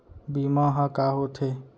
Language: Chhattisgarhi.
बीमा ह का होथे?